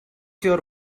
your